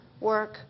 work